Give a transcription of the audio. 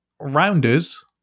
Rounders